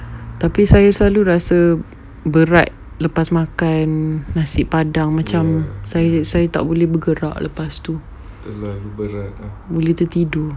tapi saya selalu rasa berat lepas makan nasi padang macam saya saya tak boleh bergerak lepas tu boleh tertidur